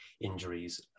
injuries